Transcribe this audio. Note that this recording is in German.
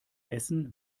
essen